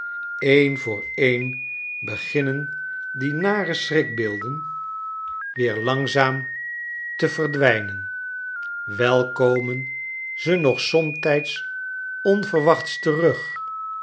een voor een beginnen die nare schrikbeelphiladelphia den weer langzaam te verdwijnen wei komen ze nogsomtijds onverwachts terug